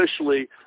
officially